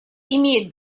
имеет